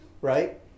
right